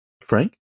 Frank